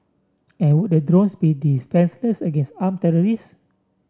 and would the drones be defenceless against arm terrorists